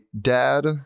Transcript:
dad